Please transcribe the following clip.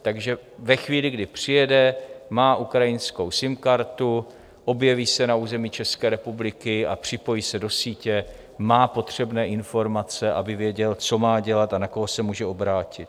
Takže ve chvíli, kdy přijede, má ukrajinskou SIM kartu, objeví se na území České republiky a připojí se do sítě, má potřebné informace, aby věděl, co má dělat a na koho se může obrátit.